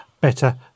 better